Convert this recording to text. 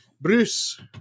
Bruce